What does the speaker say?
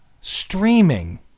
streaming